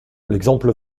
l’exemple